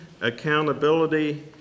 accountability